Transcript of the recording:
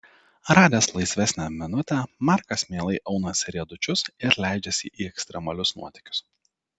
radęs laisvesnę minutę markas mielai aunasi riedučius ir leidžiasi į ekstremalius nuotykius